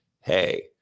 hey